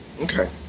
Okay